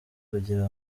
kugira